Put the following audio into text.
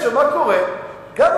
מה קורה עכשיו?